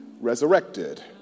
resurrected